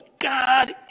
God